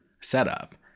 setup